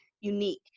unique